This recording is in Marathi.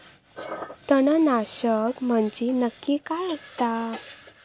तणनाशक म्हंजे नक्की काय असता?